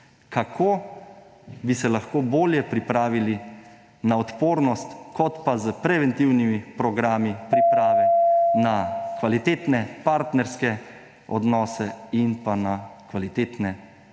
Kako bi se lahko bolje pripravili na odpornost, kot pa s preventivnimi programi priprave na kvalitetne partnerske odnose in na kvalitetne družinske